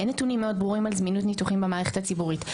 אין נתונים מאוד ברורים על זמינות ניתוחים במערכת הציבורית,